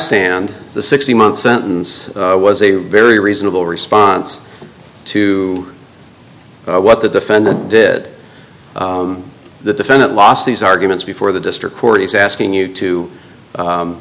stand the sixty month sentence was a very reasonable response to what the defendant did the defendant lost these arguments before the district court he's asking you to